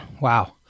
Wow